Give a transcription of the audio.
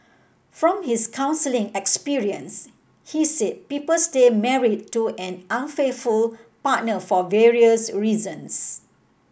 from his counselling experience he said people stay married to an unfaithful partner for various reasons